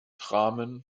dramen